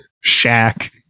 shack